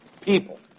people